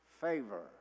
favor